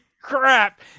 Crap